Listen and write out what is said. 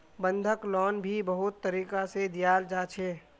बंधक लोन भी बहुत तरीका से दियाल जा छे